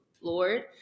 Lord